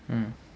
mm